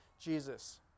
Jesus